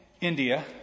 India